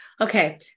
Okay